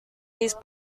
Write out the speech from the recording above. these